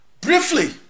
Briefly